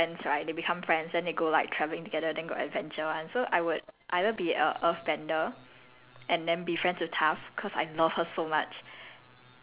um I love those things where like err unlikely friends right they become friends then they go like traveling together then got adventure [one] so I would either be a earth bender